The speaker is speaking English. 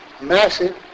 massive